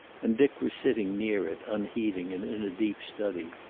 and dick was sitting near it, unheeding, and in a deep study.